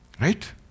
right